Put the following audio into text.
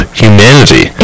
humanity